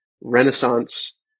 renaissance